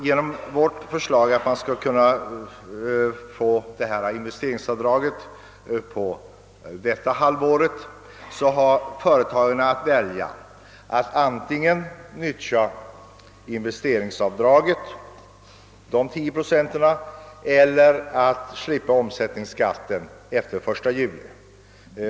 Genom vårt förslag att man skall få göra investeringsavdrag detta halvår kan företagarna välja mellan att antingen utnyttja det 10-procentiga investeringsavdraget eller slippa omsättningsskatten efter den 1 juli.